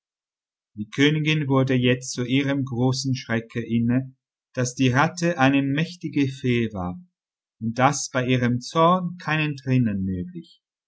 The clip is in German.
die königin wurde jetzt zu ihrem großen schrecken inne daß die ratte eine mächtige fee war und daß bei ihrem zorn kein entrinnen möglich